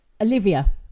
olivia